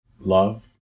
love